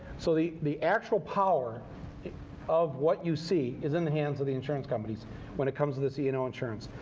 so the the actual power of what you see is in the hands of the insurance companies when it comes to this e and o insurance.